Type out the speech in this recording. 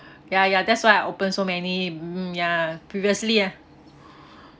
ya ya that's why I open so many mm ya previously ah